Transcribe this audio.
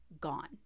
gone